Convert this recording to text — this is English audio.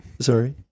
Sorry